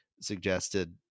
suggested